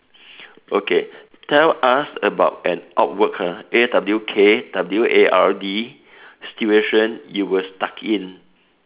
okay tell us about an awkward !huh! A W K W A R D situation you were stuck in